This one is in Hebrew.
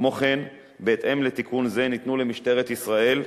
כמו כן, בהתאם לתיקון זה ניתנו למשטרת ישראל,